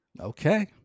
Okay